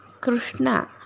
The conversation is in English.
Krishna